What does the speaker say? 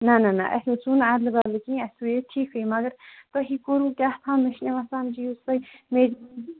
نہ نہ نہ اَسہِ حظ سوٗ نہٕ اَدلہٕ بدلہٕ کِہیٖنۍ اَسہِ سُیے ٹھیٖکٕے مگر تۄہے کوٚروٕ کیاہ تھام مےٚ چھِنہٕ یِوان سَمجھٕے یُس تۄہہِ میج